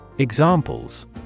Examples